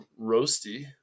roasty